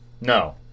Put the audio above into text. No